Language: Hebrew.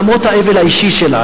למרות האבל האישי שלה,